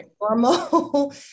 normal